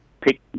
pick